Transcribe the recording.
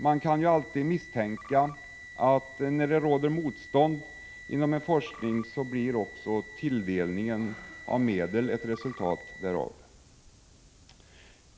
När det finns motstånd mot en viss forskning kan man misstänka att tilldelningen av medel blir därefter.